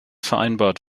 vereinbart